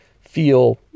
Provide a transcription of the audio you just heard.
feel